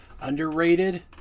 Underrated